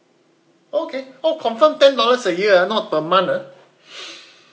okay oh confirm ten dollars a year ah not per month ah